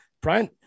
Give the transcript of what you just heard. Brian